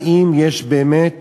האם יש באמת